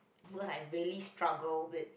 because I very struggle with